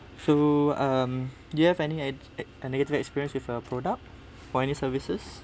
so um do you have any uh a negative experience with a product for any services